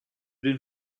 den